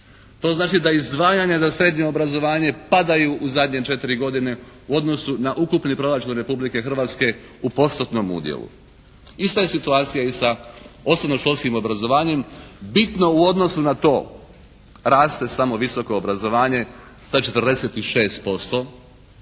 To znači da izdvajanja za srednje obrazovanje padaju u zadnje 4 godine u odnosu na ukupni proračun Republike Hrvatske u postotnom udjelu. Ista je situacija i sa osnovnoškolskim obrazovanjem. Bitno u odnosu na to raste samo visoko obrazovanje, to je 46%,